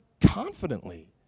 confidently